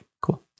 Cool